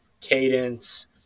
cadence